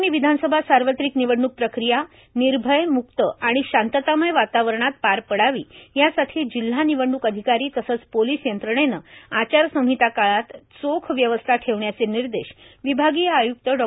आगामी विधानसभा सार्वत्रिक निवडणूक प्रक्रिया निर्भय म्क्त आणि शांततामय वातावरणात पार पडावी यासाठी जिल्हा निवडणूक अधिकारी तसेच पोलीस यंत्रणेने आचारसंहिता काळात चोख व्यवस्था ठेवण्याचे निर्देश विभागीय आय्क्त डॉ